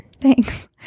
Thanks